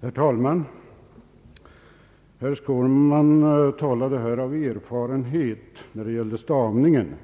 Herr talman! Herr Skårman talade här av erfarenhet när det gällde stavningen,